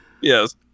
yes